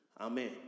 Amen